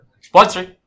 Sponsor